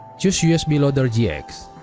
choose usb loader gx